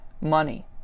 money